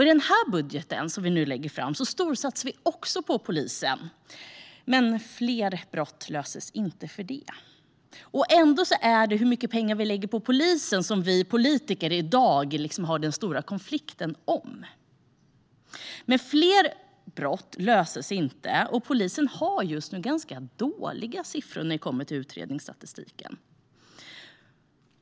I den budget som vi nu lägger fram storsatsar vi också på polisen. Men fler brott löses ändå inte. Ändå handlar den stora konflikten mellan oss politiker i dag om hur mycket pengar som vi lägger på polisen. Fler brott löses inte, och polisen har just nu ganska dåliga siffror när det handlar om utredningsstatistiken.